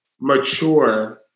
mature